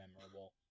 memorable